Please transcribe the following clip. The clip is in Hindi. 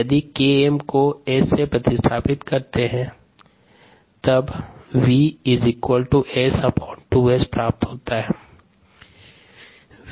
यदि Km को S से प्रतिस्थापित करते हैं तब v S2S प्राप्त होता हैं